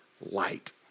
light